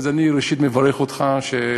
אז ראשית אני מברך אותך על כך